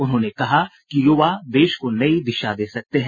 उन्होंने कहा कि युवा देश को नई दिशा दे सकते हैं